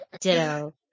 Ditto